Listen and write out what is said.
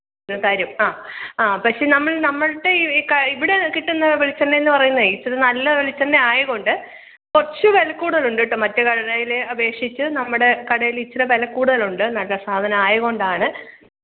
ഇത് തരും ആഹ് ആഹ് പക്ഷെ നമ്മൾ നമ്മളുടെ ഈ ഈ ഇവിടെ കിട്ടുന്ന വെളിച്ചെണ്ണ എന്ന് പറയുന്നതെ ഇച്ചിരി നല്ല വെളിച്ചെണ്ണ ആയത് കൊണ്ട് കുറച്ച് വിലക്കൂടുതൽ ഉണ്ട് കേട്ടോ മറ്റേ കടയിലെ അപേക്ഷിച്ച് നമ്മുടെ കടയിൽ ഇച്ചരെ വിലക്കൂടുതലുണ്ട് നല്ല സാധനം ആയതുകൊണ്ട് ആണ്